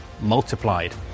multiplied